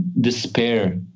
despair